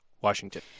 Washington